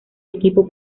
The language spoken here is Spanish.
equipo